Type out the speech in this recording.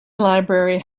library